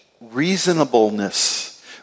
reasonableness